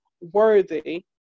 worthy